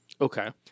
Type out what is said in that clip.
Okay